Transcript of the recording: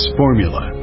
formula